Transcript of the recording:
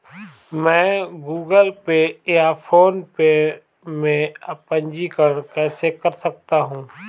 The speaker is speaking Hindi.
मैं गूगल पे या फोनपे में पंजीकरण कैसे कर सकता हूँ?